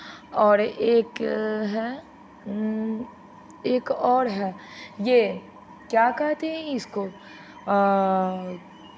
और एक है एक और है ये क्या कहते हैं इसको